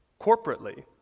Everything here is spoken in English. corporately